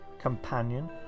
companion